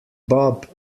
bob